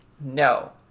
no